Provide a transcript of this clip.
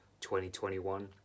2021